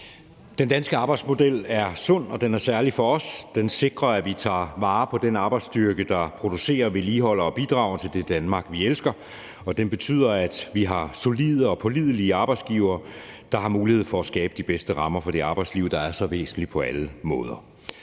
Den danske arbejdsmodel er sund, og den er særlig for os. Den sikrer, at vi tager vare på den arbejdsstyrke, der producerer til, vedligeholder og bidrager til det Danmark, vi elsker, og den betyder, at vi har solide og pålidelige arbejdsgivere, der har mulighed for at skabe de bedste rammer for det arbejdsliv, der er så væsentligt på alle måder.